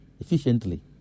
efficiently